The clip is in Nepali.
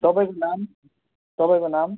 तपाईँको नाम तपाईँको नाम